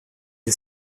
для